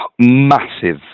massive